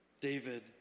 David